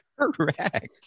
Correct